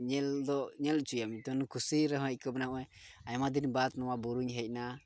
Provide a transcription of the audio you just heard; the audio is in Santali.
ᱧᱮᱞ ᱫᱚ ᱧᱮᱞ ᱦᱚᱪᱚᱭᱮᱢ ᱩᱱᱤ ᱠᱩᱥᱤ ᱨᱮᱦᱚᱸᱭ ᱟᱹᱭᱠᱟᱹᱣᱟ ᱟᱭᱢᱟ ᱫᱤᱱ ᱵᱟᱫ ᱱᱚᱣᱟ ᱵᱩᱨᱩᱧ ᱦᱮᱡ ᱱᱟ